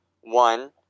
one